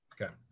Okay